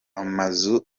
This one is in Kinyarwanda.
amazu